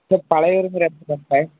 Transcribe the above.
sir பலையூருங்கிற இடத்துக்கு வந்துவிட்டேன்